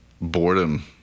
boredom